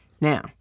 Now